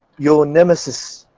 your nemesis